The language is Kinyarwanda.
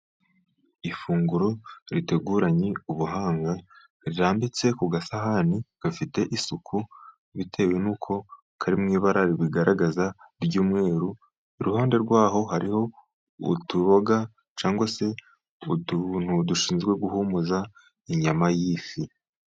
Ifunguro riteguranye ubuhanga, rirambitse ku gasahani gafite isuku bitewe n'uko kari mu ibara ribigaragaza ry'umweru, iruhande rwa ho hariho utuboga cyangwa se utuntu dushinzwe guhumuza inyama y'ifi.